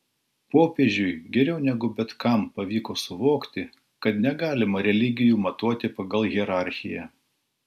popiežiui geriau negu bet kam pavyko suvokti kad negalima religijų matuoti pagal hierarchiją